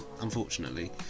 unfortunately